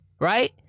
right